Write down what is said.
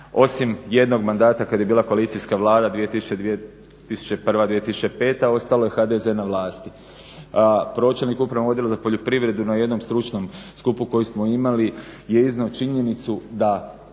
osim jednog mandata kada je bila koalicijska vlada 2001., 2005. ostalo je HDZ na vlasti. Pročelnik Upravnog odjela za poljoprivredu na jednom stručnom skupu koji smo imali je iznio činjenicu da